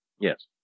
Yes